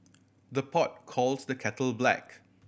the pot calls the kettle black